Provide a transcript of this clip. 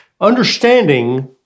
Understanding